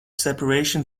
separation